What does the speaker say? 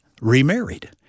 remarried